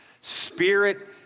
spirit